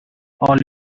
all